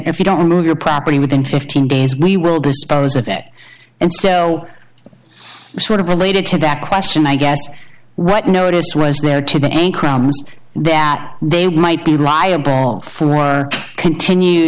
if you don't move your property within fifteen days we will dispose of that and so sort of related to that question i guess what notice was there to the bank robber there they might be liable for continued